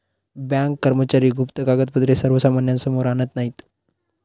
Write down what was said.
bank कर्मचारी गुप्त कागदपत्रे सर्वसामान्यांसमोर आणत नाहीत